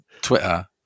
Twitter